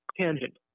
tangent